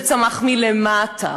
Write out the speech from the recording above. זה צמח מלמטה.